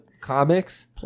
comics